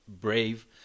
brave